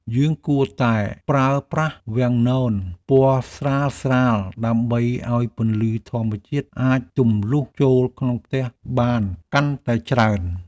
យើងគួរតែប្រើប្រាស់វាំងននពណ៌ស្រាលៗដើម្បីឱ្យពន្លឺធម្មជាតិអាចទម្លុះចូលក្នុងផ្ទះបានកាន់តែច្រើន។